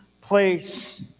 place